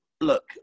look